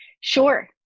sure